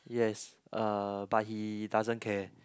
yes uh but he doesn't care